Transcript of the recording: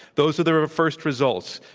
those are the first results.